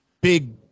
big